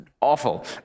awful